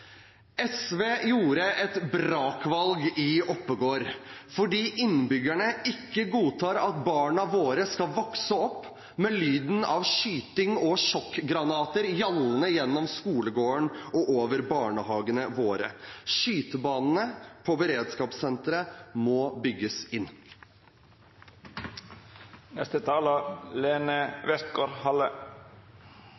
SV gjorde et brakvalg i Oppegård fordi innbyggerne ikke godtar at barna våre skal vokse opp med lyden av skyting og sjokkgranater gjallende gjennom skolegården og over barnehagene våre. Skytebanene på beredskapssenteret må bygges inn.